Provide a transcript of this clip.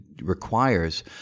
Requires